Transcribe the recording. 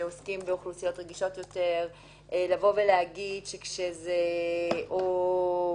שעוסקים באוכלוסיות רגישות יותר לבוא ולהגיד שכשזה לתכלית